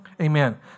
amen